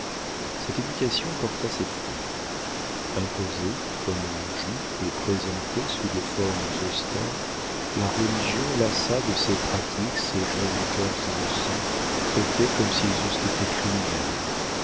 cette éducation porta ses fruits imposée comme un joug et présentée sous des formes austères la religion lassa de ses pratiques ces jeunes cœurs innocents traités comme s'ils eussent été criminels